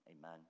Amen